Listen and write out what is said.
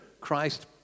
Christ